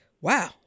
Wow